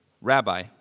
Rabbi